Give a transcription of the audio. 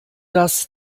das